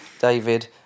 David